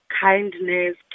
kindness